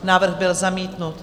Návrh byl zamítnut.